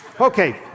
Okay